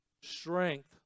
strength